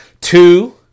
Two